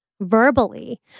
verbally